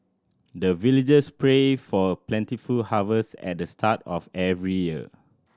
the villagers pray for plentiful harvest at the start of every year